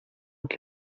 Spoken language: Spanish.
que